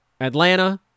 Atlanta